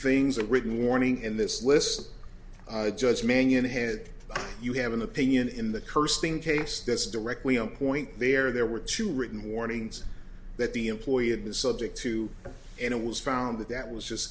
things a written warning in this list judge mannion head you have an opinion in the cursing case that's directly on point there there were two written warnings that the employee had been subject to and it was found that that was just